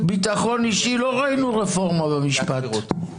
ביטחון אישי לא ראינו רפורמה במשפט.